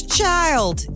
child